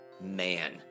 man